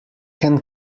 can